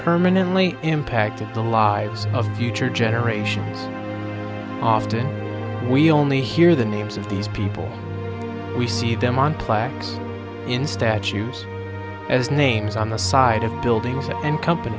permanently impacted the lives of future generations often we only hear the names of these people we see them on plaques in statues as names on the side of buildings and company